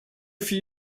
for